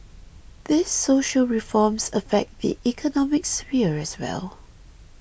these social reforms affect the economic sphere as well